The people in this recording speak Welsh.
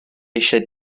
eisiau